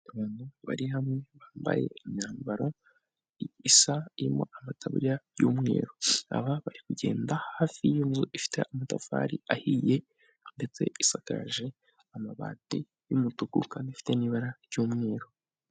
Abantu bari hamwe bambaye imyambaro isa irimo amatabu y'umweru, aba bari kugenda hafi y'inzu ifite amatafari ahiye, ndetse isagaraje amabati y'umutuku kandi ifite n'ibara ry'umweru.